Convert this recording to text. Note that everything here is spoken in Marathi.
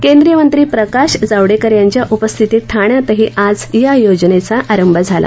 केद्रींय मंत्री प्रकाश जावडेकर यांच्या उपस्थितीत ठाण्यातही आज या योजनेचा आरंभ झाला